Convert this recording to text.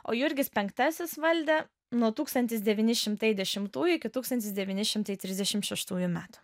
o jurgis penktasis valdė nuo tūkstantis devyni šimtai dešimtųjų iki tūkstantis devyni šimtai trisdešim šeštųjų metų